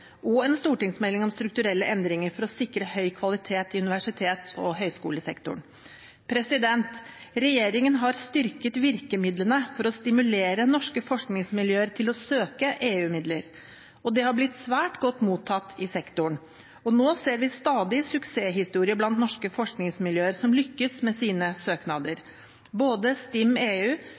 og en stortingsmelding om strukturelle endringer for å sikre høy kvalitet i universitets- og høyskolesektoren. Regjeringen har styrket virkemidlene for å stimulere norske forskningsmiljøer til å søke om EU-midler. Det har blitt svært godt mottatt i sektoren, og nå ser vi stadig suksesshistorier blant norske forskningsmiljøer som lykkes med sine